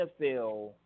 NFL